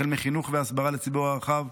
החל מחינוך והסברה לציבור הרחב,